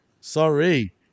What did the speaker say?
sorry